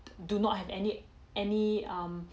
do not have any any um